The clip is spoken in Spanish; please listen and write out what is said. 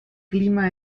clima